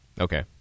Okay